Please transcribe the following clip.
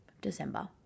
December